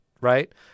right